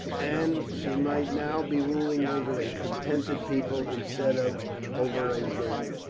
and she might now be ruling over a contented people instead of over a desert.